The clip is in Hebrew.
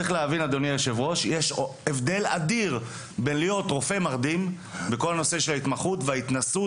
יש הבדל אדיר בין להיות רופא מרדים בכל נושא ההתמחות וההתנסות